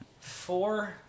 four